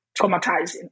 traumatizing